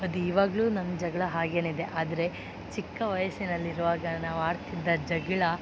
ಅದು ಇವಾಗಲೂ ನನ್ನ ಜಗಳ ಹಾಗೆಯೇ ಇದೆ ಆದರೆ ಚಿಕ್ಕ ವಯಸ್ಸಿನಲ್ಲಿರುವಾಗ ನಾವು ಆಡ್ತಿದ್ದ ಜಗಳ